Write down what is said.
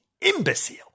imbecile